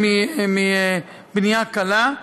מבנה מבנייה קלה,